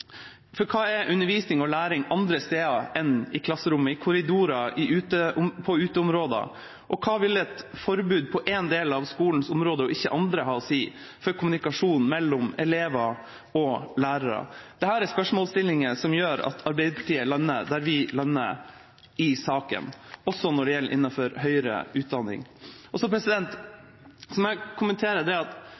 For hva er undervisning og læring andre steder enn i klasserom – i korridorer og på uteområder? Og hva vil et forbud på én del av skolens område og ikke andre ha å si for kommunikasjonen mellom elever og lærere? Dette er spørsmålsstillinger som gjør at Arbeiderpartiet lander der vi lander i saken, også når det gjelder innenfor høyere utdanning. Jeg må kommentere det at statsråden sier at